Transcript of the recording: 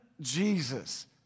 Jesus